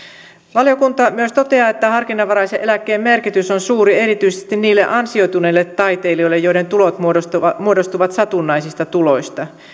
valiokunta myös toteaa että harkinnanvaraisen eläkkeen merkitys on suuri erityisesti niille ansioituneille taiteilijoille joiden tulot muodostuvat muodostuvat satunnaisista tuloista